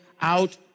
out